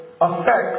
affects